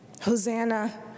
Hosanna